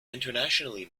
internationally